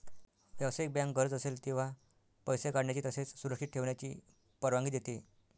व्यावसायिक बँक गरज असेल तेव्हा पैसे काढण्याची तसेच सुरक्षित ठेवण्याची परवानगी देते